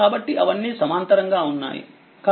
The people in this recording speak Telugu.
కాబట్టిఅవన్నీ సమాంతరంగా ఉన్నాయి